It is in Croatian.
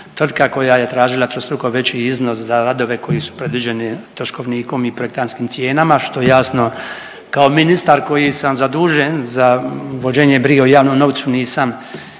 tvrtka koja je tražila trostruko veći iznos za radove koji su predviđeni troškovnikom i projektantskim cijenama što jasno kao ministar koji sam zadužen za vođenje brige o javnom novcu nisam,